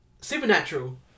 Supernatural